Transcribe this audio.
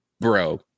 bro